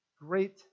great